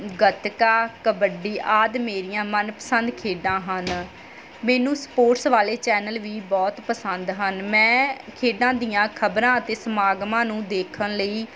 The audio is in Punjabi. ਗਤਕਾ ਕਬੱਡੀ ਆਦਿ ਮੇਰੀਆਂ ਮਨਪਸੰਦ ਖੇਡਾਂ ਹਨ ਮੈਨੂੰ ਸਪੋਰਟਸ ਵਾਲੇ ਚੈਨਲ ਵੀ ਬਹੁਤ ਪਸੰਦ ਹਨ ਮੈਂ ਖੇਡਾਂ ਦੀਆਂ ਖਬਰਾਂ ਅਤੇ ਸਮਾਗਮਾਂ ਨੂੰ ਦੇਖਣ ਲਈ